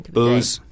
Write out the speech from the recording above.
Booze